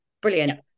Brilliant